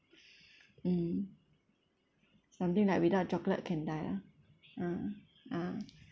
mm something like without chocolate can die ah ah ah